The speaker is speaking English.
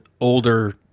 older